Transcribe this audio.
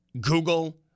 Google